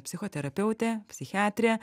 psichoterapeutė psichiatrė